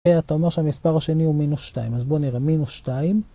אתה אומר שהמספר השני הוא מינוס 2 אז בואו נראה מינוס 2.